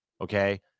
Okay